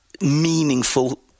meaningful